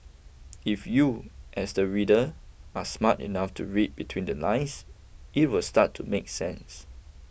if you as the reader are smart enough to read between The Lines it would start to make sense